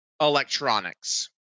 electronics